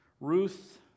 Ruth